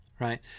right